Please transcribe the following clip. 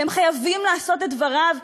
שהם חייבים לעשות את דבריו,